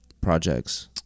projects